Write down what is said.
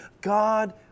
God